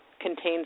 contains